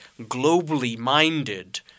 globally-minded